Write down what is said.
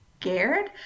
scared